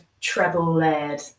treble-layered